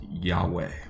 Yahweh